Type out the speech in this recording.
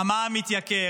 המע"מ מתייקר,